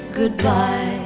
goodbye